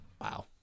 Wow